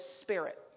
spirit